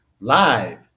live